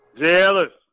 jealous